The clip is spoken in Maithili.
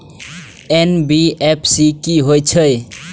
एन.बी.एफ.सी की हे छे?